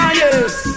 yes